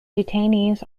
detainees